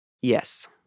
Yes